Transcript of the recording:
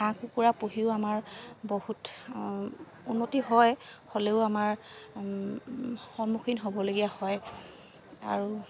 হাঁহ কুকুৰা পুহিও আমাৰ বহুত উন্নতি হয় হ'লেও আমাৰ সন্মুখীন হ'বলগীয়া হয় আৰু